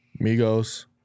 Migos